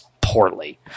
poorly